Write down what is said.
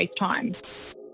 FaceTime